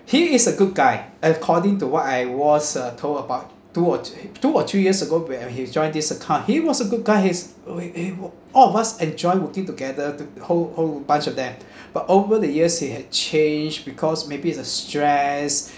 he is a good guy according to what I was uh told about two or three two or three years ago where he's joined this account he was a good guy he's able all of us enjoy working together to whole whole bunch of them but over the years he had changed because maybe it's the stress